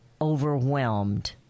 overwhelmed